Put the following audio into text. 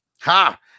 Ha